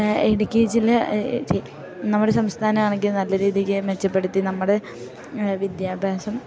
ഇടുക്കി ജില്ലയിൽ നമ്മുടെ സംസ്ഥാനം ആണെങ്കിൽ നല്ല രീതിക്ക് മെച്ചപ്പെടുത്തി നമ്മുടെ വിദ്യാഭ്യാസം